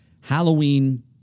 Halloween